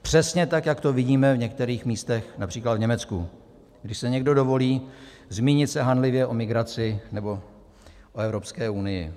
Přesně tak, jak to vidíme v některých místech např. v Německu, když si někdo dovolí zmínit se hanlivě o migraci nebo o Evropské unii.